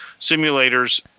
simulators